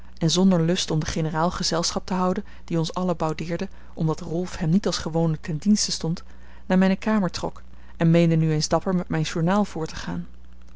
en zonder lust om den generaal gezelschap te houden die ons allen boudeerde omdat rolf hem niet als gewoonlijk ten dienste stond naar mijne kamer trok en meende nu eens dapper met mijn journaal voort te gaan